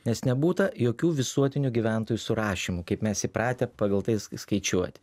nes nebūta jokių visuotinių gyventojų surašymų kaip mes įpratę pagal tai skaičiuoti